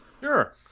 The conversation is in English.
Sure